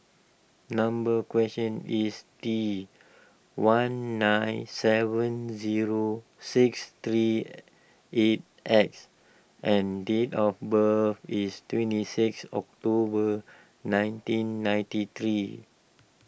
number question is T one nine seven zero six three eight X and date of birth is twenty six October nineteen ninety three